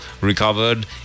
recovered